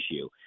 issue